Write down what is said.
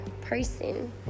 person